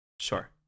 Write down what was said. Sure